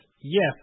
Yes